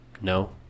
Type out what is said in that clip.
No